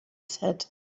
said